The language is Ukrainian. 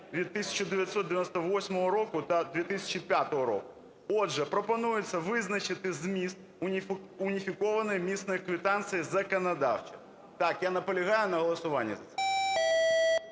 від 1998 року та 2005 року. Отже, пропонується визначити зміст уніфікованої митної квитанції законодавчо. Так, я наполягаю на голосуванні за це.